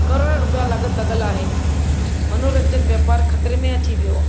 करोड़ रुपिया लाॻति लॻलि आहे मनोरंजन वापारु ख़तिरे में अची वियो आहे